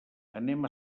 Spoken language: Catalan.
anem